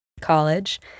college